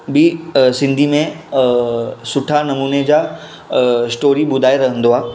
बि सिंधी में सुठा नमूने जा स्टोरी ॿुधाए रहंदो आहे